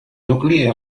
nucli